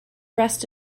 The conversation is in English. rest